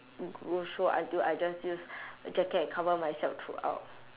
ghost show until I just use jacket and cover myself throughout